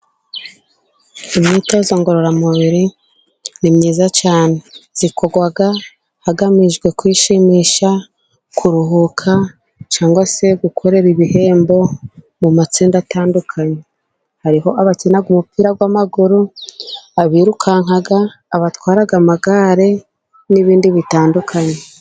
Imyitozo ngororamubiri ni myiza cyane ikorwa hagamijwe kwishimisha, kuruhuka, cyangwa se gukorera ibihembo mu matsinda atandukanye, hari abakina :umupira w'amaguru ,abirukanka, abatwara amagare n'ibindi bitandukanye.